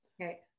Okay